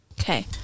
Okay